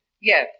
Yes